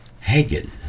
Hagen